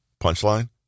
Punchline